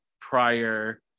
prior